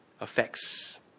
affects